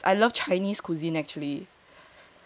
oh yes I love Chinese cuisine actually